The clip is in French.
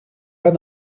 pas